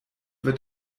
wird